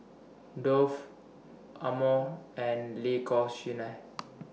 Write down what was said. Dove Amore and L'Occitane